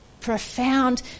profound